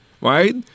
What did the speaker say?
right